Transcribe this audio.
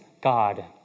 God